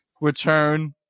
return